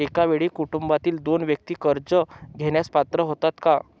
एका वेळी कुटुंबातील दोन व्यक्ती कर्ज घेण्यास पात्र होतात का?